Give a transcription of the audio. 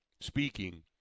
speaking